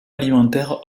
alimentaire